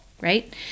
right